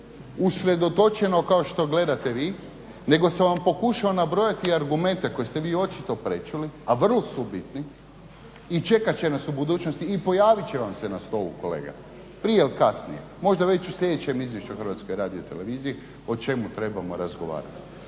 usredotočeno kao što gledate vi nego sam vam pokušao nabrojati argumente koje ste vi očito prečuli, a vrlo su bitni i čekat će nas u budućnosti i pojavit će vam se na stolu kolega, prije ili kasnije, možda već u sljedećem izvješću o HRT-u o čemu trebamo razgovarati.